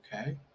okay